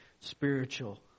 spiritual